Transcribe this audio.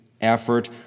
effort